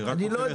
מה